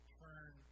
turn